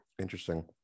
Interesting